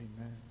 amen